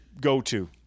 go-to